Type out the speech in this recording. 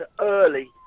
early